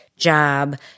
job